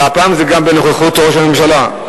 והפעם זה גם בנוכחות ראש הממשלה.